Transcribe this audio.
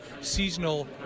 seasonal